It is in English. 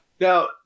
Now